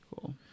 Cool